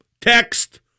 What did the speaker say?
text